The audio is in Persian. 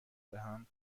دهم